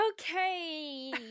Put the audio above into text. Okay